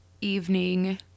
evening